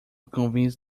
convinced